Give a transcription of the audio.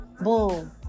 boom